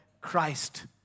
Christ